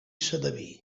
sedaví